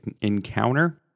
encounter